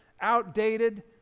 outdated